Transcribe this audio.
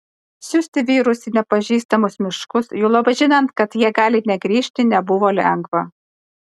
siųsti vyrus į nepažįstamus miškus juolab žinant kad jie gali negrįžti nebuvo lengva